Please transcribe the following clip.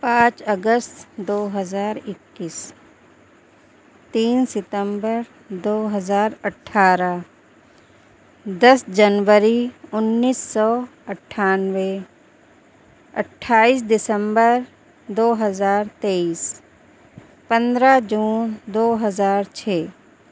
پانچ اگست دو ہزار اکیس تین ستمبر دو ہزار اٹھارہ دس جنوری انیس سو اٹھانوے اٹھائیس دسمبر دو ہزار تیئیس پندرہ جون دو ہزار چھ